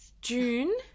June